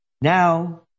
Now